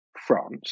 France